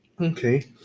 Okay